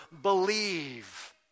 Believe